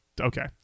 Okay